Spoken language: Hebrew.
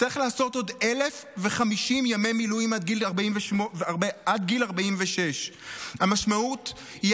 יצטרך לעשות עוד 1,050 ימי מילואים עד גיל 46. המשמעות היא